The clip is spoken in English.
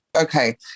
Okay